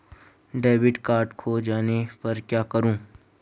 Debit card खो जाने पर क्या करूँ?